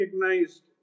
recognized